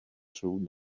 through